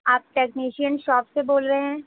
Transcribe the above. آپ technician shop سے بول رہے ہیں